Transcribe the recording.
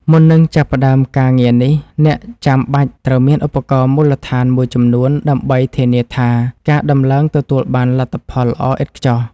មុននឹងចាប់ផ្ដើមការងារនេះអ្នកចាំបាច់ត្រូវមានឧបករណ៍មូលដ្ឋានមួយចំនួនដើម្បីធានាថាការដំឡើងទទួលបានលទ្ធផលល្អឥតខ្ចោះ។